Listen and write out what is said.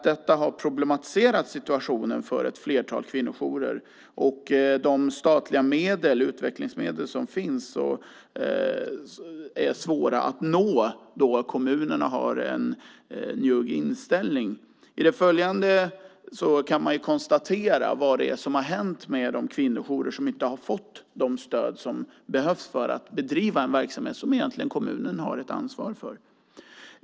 Detta har problematiserat situationen för ett flertal kvinnojourer, och de statliga utvecklingsmedel som finns är svåra att nå då kommunerna har en njugg inställning. I det följande kan man konstatera vad som har hänt med de kvinnojourer som inte har fått det stöd som behövs för att bedriva en verksamhet som egentligen kommunen har ett ansvar för.